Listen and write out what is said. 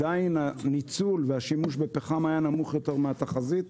הניצול והשימוש בפחם היה נמוך יותר מהתחזית,